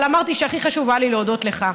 אבל אמרתי שהכי חשוב היה לי להודות לך,